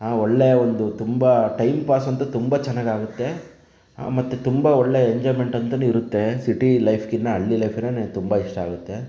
ಹಾ ಒಳ್ಳೆಯ ಒಂದು ತುಂಬ ಟೈಮ್ ಪಾಸ್ ಅಂತೂ ತುಂಬ ಚೆನ್ನಾಗಿ ಆಗುತ್ತೆ ಮತ್ತು ತುಂಬ ಒಳ್ಳೆಯ ಎಂಜಾಯ್ಮೆಂಟ್ ಅಂತಲೂ ಇರುತ್ತೆ ಸಿಟಿ ಲೈಫ್ಕಿಂತ ಹಳ್ಳಿ ಲೈಫೇನೆ ನನಗೆ ತುಂಬ ಇಷ್ಟ ಆಗುತ್ತೆ